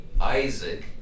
Isaac